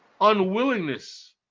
unwillingness